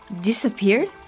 disappeared